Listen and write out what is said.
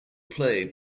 play